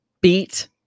beat